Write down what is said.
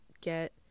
get